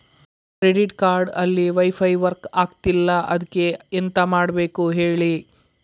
credit card ಅಲ್ಲಿ wifi work ಆಗ್ತಿಲ್ಲ ಅದ್ಕೆ ಎಂತ ಮಾಡಬೇಕು ಹೇಳಿ